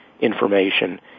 information